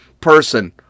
person